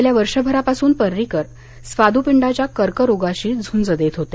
गेल्या वर्षभरापासून परींकर स्वादूपिंडाच्या कर्करोगाशी झूंज देत होते